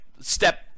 step